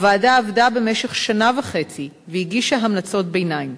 הוועדה עבדה במשך שנה וחצי והגישה המלצות ביניים.